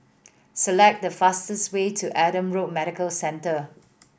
select the fastest way to Adam Road Medical Centre